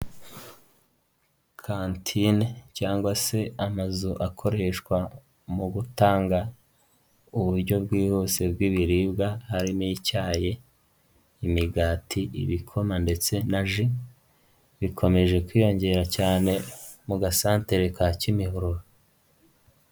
Kantine cyangwa se amazu akoreshwa mu gutanga uburyo bwihuse bw'ibiribwa harimo icyayi, imigati, ibikoma ndetse na ji bikomeje kwiyongera cyane mu gasantere ka Kimihurura.